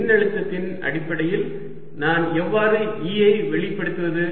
மின்னழுத்தத்தின் அடிப்படையில் நான் எவ்வாறு E ஐ வெளிப்படுத்துவது